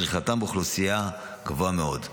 צריכתם באוכלוסייה גבוהה מאוד.